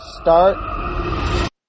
start